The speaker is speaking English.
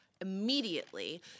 immediately